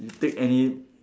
you take any